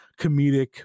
comedic